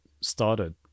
started